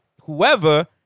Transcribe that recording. whoever